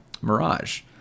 Mirage